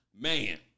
man